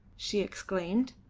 she exclaimed.